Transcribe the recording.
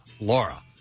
laura